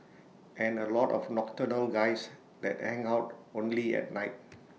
and A lot of nocturnal guys that hang out only at night